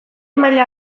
maila